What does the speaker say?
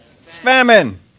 famine